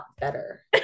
better